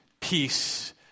peace